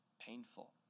painful